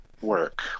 work